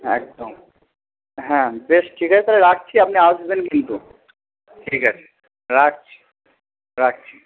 হ্যাঁ একদম হ্যাঁ বেশ ঠিক আছে তাহলে রাখছি আপনি আসবেন কিন্তু ঠিক আছে রাখছি রাখছি